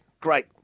great